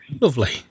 Lovely